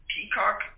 Peacock